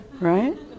right